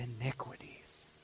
iniquities